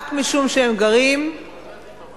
רק משום שהם גרים במעלה-אדומים,